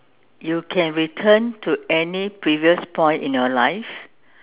you can return to any previous point in your life